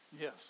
Yes